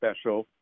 special